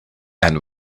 end